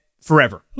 forever